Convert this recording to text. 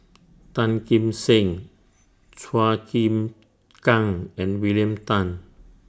Tan Kim Seng Chua Chim Kang and William Tan